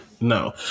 No